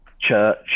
church